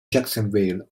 jacksonville